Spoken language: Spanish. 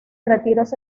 retiros